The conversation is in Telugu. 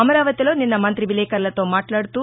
అమరావతిలో నిన్న మంతి విలేకర్లతో మట్లాడుతూ